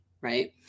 Right